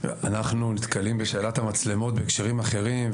אנחנו נתקלים בשאלת המצלמות בהקשרים אחרים,